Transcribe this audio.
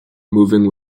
moving